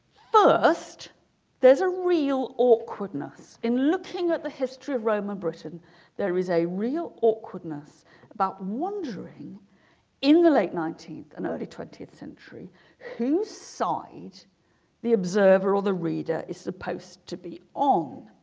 first there's a real awkwardness in looking at the history of roman britain there is a real awkwardness about wandering in the late nineteenth and early twentieth century whose side the observer or the reader is supposed to be on